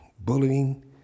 bullying